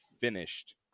finished